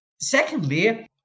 Secondly